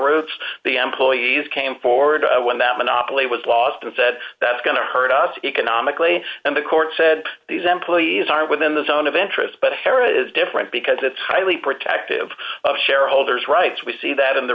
routes the employees came forward when that monopoly was lost and said that's going to hurt us economically and the court said these employees are within the zone of interest but a fair is different because it's highly protective of shareholders rights we see that in the